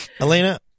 Elena